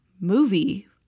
movie